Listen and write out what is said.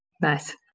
Nice